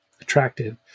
attractive